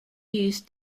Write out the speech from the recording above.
used